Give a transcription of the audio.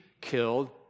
killed